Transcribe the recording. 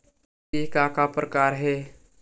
के का का प्रकार हे?